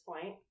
point